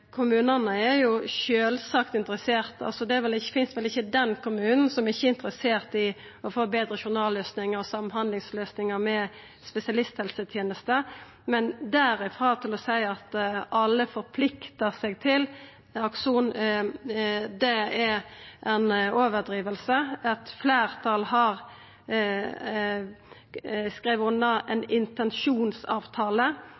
kommunane er sjølvsagt interesserte. Den kommunen finst vel ikkje som ikkje er interessert i å få betre journalløysingar og samhandlingsløysingar med spesialisthelsetenesta, men derifrå til å seia at alle forpliktar seg til Akson, er ei overdriving. Eit fleirtal har skrive under